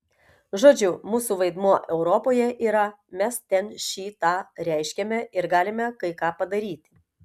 žodžiu mūsų vaidmuo europoje yra mes ten šį tą reiškiame ir galime kai ką padaryti